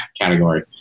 category